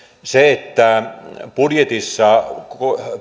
se että budjetissa